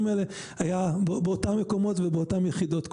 האלה היה באותם מקומות ובאותן יחידות.